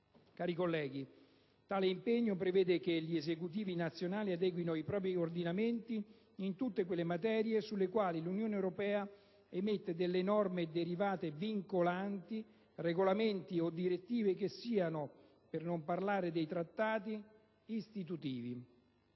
Cari colleghi, tale impegno prevede che gli Esecutivi nazionali adeguino i propri ordinamenti in tutte quelle materie sulle quali l'Unione europea emette norme derivate vincolanti, regolamenti o direttive che siano, per non parlare dei Trattati istitutivi.